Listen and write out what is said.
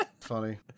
Funny